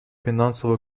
финансово